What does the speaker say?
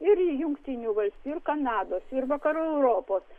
ir į jungtinių valstijų ir kanados ir vakarų europos